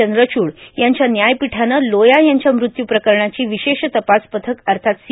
चंद्रचूड यांच्या व्यायपीठानं लोया यांच्या मृत्यू प्रकरणाची विशेष तपास पथक अर्थात एस